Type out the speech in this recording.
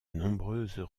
nombreuses